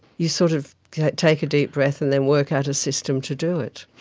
you sort of take a deep breath and then work out a system to do it.